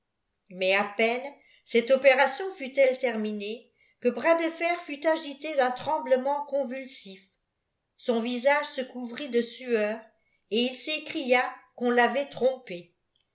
mais à peine cette opération fut-elle terminée que bras de fer fut agité dun tremoleinent convulsif son visage se couvrit de sueur et il s'écria qu'on l'avait trompé